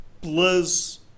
plus